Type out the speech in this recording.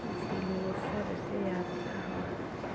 इसलिए सबसे यात्रा